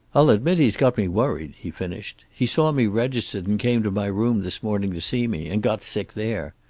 i'll admit he's got me worried, he finished. he saw me registered and came to my room this morning to see me, and got sick there.